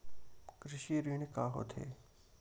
कृषि ऋण का होथे?